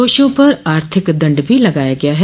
दोषियों पर आर्थिक दंड भी लगाया गया है